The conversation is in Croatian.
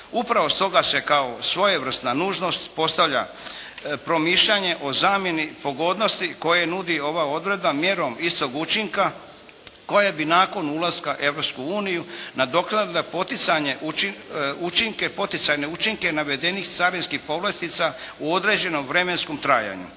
Upravo stoga se kao svojevrsna nužnost postavlja promišljanje o zamjeni pogodnosti koje nudi ova odredba, mjerom istog učinka koja bi nakon ulaska u Europsku uniju nadoknadila poticajne učinke navedenih carinskih povlastica u određenom vremenskom trajanju.